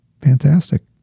Fantastic